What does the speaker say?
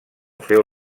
feu